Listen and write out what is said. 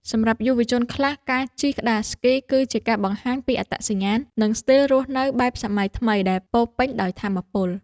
សម្រាប់យុវជនខ្លះ ការជិះក្ដារស្គីគឺជាការបង្ហាញពីអត្តសញ្ញាណ និងស្ទីលរស់នៅបែបសម័យថ្មីដែលពោរពេញដោយថាមពល។